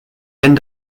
denn